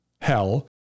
hell